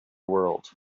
world